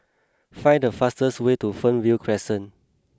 find the fastest way to Fernvale Crescent